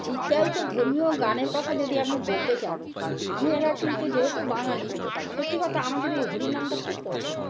চিত্রায়িত ধর্মীয় গানের কথা যদি আপনি বলতে চান আমি এরা কিন্তু যেহেতু বাঙালি সত্যি কথা আমাদের এই হরিনামটা খুব পছন্দ